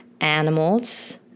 animals